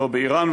לא באיראן,